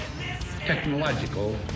technological